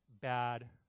bad